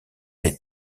les